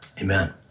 Amen